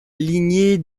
lignée